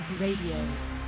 radio